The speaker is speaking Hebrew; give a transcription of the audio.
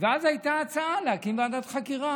ואז הייתה ההצעה להקים ועדת חקירה,